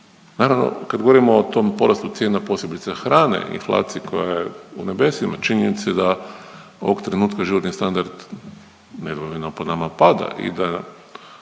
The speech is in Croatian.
Naravno kad govorimo o tom porastu cijena posebice hrane i inflaciji koja je u nebesima činjenica je da ovog trenutka životni standard nedvojbeno po nama pada i da